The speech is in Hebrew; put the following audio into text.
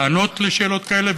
לענות על שאלות כאלה.